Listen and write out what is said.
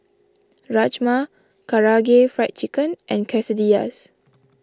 Rajma Karaage Fried Chicken and Quesadillas